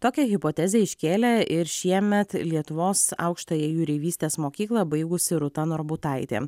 tokią hipotezę iškėlė ir šiemet lietuvos aukštąją jūreivystės mokyklą baigusi rūta norbutaitė